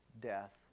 death